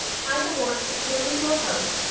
tied the horse securely to a post,